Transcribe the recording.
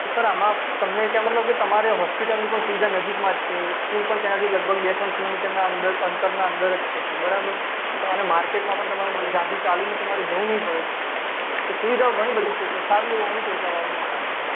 sir આમાં તમને ત્યાં મતલબ કે તમારે હોસ્પિટલની પણ સુવિધા નજીકમાં જ છે સ્કૂલ પણ ત્યાંથી લગભગ બે ત્રણ કિલોમીટરનાં અંદર અંતરનાં અંદર જ છે સર બરાબર અને માર્કેટમાં પણ તમારે ઝાઝું ચાલીને જવું નહીં પડે સર સુવિધાઓ ઘણીબધી છે સર સારું એવું અનૂકુળતાવાળું મકાન છે